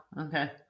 okay